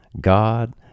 God